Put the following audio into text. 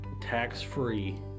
tax-free